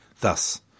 thus